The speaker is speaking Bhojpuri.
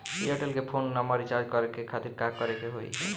एयरटेल के फोन नंबर रीचार्ज करे के खातिर का करे के होई?